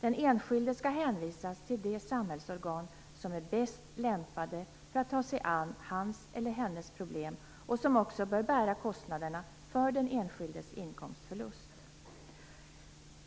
Den enskilde skall hänvisas till de samhällsorgan som är bäst lämpade för att ta sig an hans eller hennes problem och som också bör bära kostnaderna för den enskildes inkomstförlust.